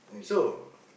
so